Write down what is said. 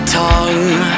tongue